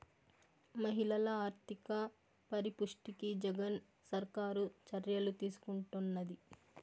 మహిళల ఆర్థిక పరిపుష్టికి జగన్ సర్కారు చర్యలు తీసుకుంటున్నది